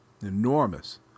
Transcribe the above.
enormous